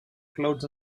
clouds